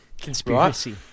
Conspiracy